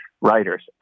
writers